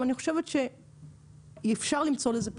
ואני חושבת שאפשר למצוא לזה פתרונות.